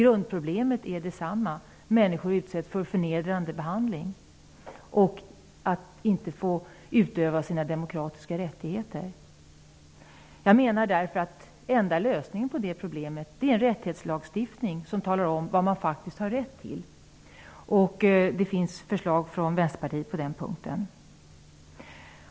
Grundproblemet är ändå detsamma, nämligen att människor utsätts för förnedrande behandling och inte får utöva sina demokratiska rättigheter. Jag menar att den enda lösningen på problemet är en rättighetslagstiftning, som talar om vad man faktiskt har rätt till. Vänsterpartiet har lagt fram förslag på den punkten.